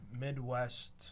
Midwest